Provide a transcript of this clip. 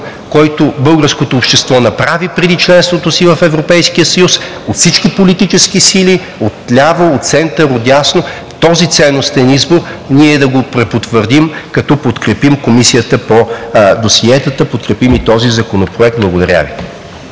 който българското общество направи преди членството си в Европейския съюз, от всички политически сили – отляво, от център, отдясно, този ценностен избор да го препотвърдим, като подкрепим Комисията по досиетата, подкрепим и този законопроект. Благодаря Ви.